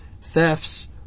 thefts